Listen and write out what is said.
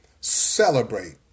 celebrate